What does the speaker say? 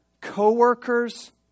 co-workers